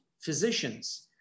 physicians